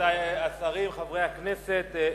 רבותי השרים, חברי הכנסת,